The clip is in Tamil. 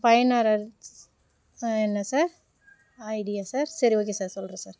பயனாரர் ஸ் எண்ணா சார் ஐடியா சார் சரி ஓகே சார் சொல்றே சார்